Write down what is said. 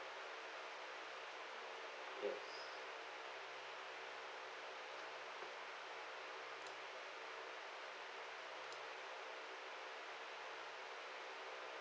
yes